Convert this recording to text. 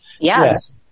Yes